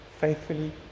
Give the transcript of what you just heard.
faithfully